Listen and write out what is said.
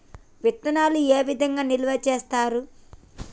విత్తనాలు ఏ విధంగా నిల్వ చేస్తారు?